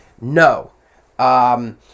no